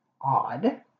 Odd